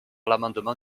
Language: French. l’amendement